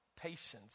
patience